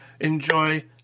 enjoy